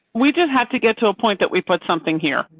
we just have to get to a point that we put something here.